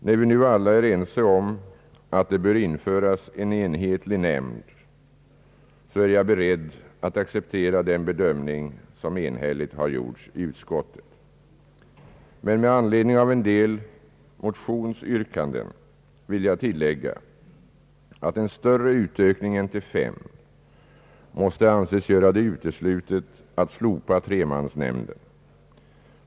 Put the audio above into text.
När vi nu alla är ense om att det bör införas en enhetlig nämnd är jag beredd att acceptera den bedömning som enhälligt har gjorts i utskottet. Men jag vill med anledning av en del motionsyrkanden tillägga, att en större utökning än till fem måste anses göra det helt uteslutet att såsom har föreslagits i propositionen slopa tremansnämnden.